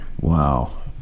Wow